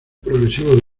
progresivo